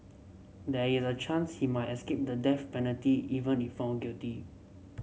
there is a chance he might escape the death penalty even if found guilty